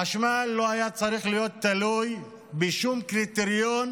חשמל לא היה צריך להיות תלוי בשום קריטריון